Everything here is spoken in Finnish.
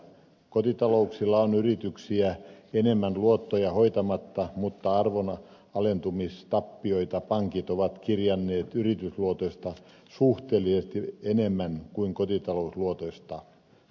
kotitalouksilla on yrityksiä enemmän luottoja hoitamatta mutta arvon alentumistappioita pankit ovat kirjanneet yritysluotoista suhteellisesti enemmän kuin kotitalousluotoista